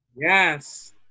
Yes